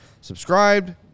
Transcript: subscribed